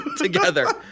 together